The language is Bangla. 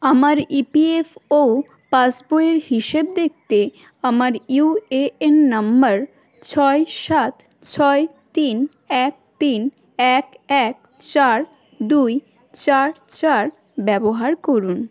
আমার ইপিএফও পাসবইয়ের হিসেব দেখতে আমার ইউএএন নাম্বার ছয় সাত ছয় তিন এক তিন এক এক চার দুই চার চার ব্যবহার করুন